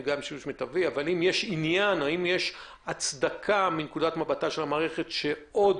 יש עניין מצד המערכת שעוד